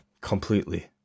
Completely